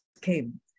came